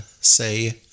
say